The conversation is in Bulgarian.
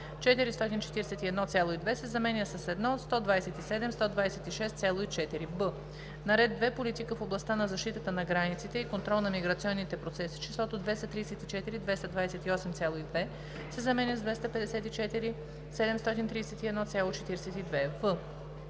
441,2“ се заменя с „1 127 126,4“; б) на ред 2. Политика в областта на защитата на границите и контрол на миграционните процеси числото „234 228,2“ се заменя с „254 731,42“;